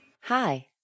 Hi